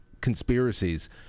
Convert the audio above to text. conspiracies